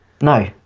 No